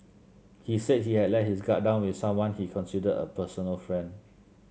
he said he had let his guard down with someone he considered a personal friend